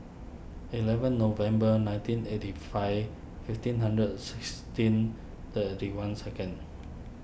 eleven November nineteen eighty five fifteen hundred sixteen thirty one second